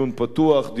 דיון מעמיק,